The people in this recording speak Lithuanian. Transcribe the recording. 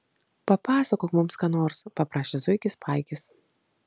papasakok mums ką nors paprašė zuikis paikis